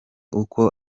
uko